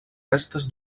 restes